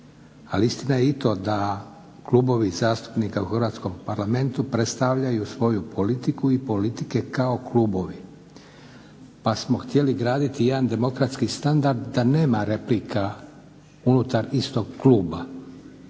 istina je i to da klubovi zastupnika u Hrvatskom parlamentu predstavljaju svoju politiku i politike kao klubovi pa smo htjeli graditi jedan demokratski standard da nema replika unutar istog kluba,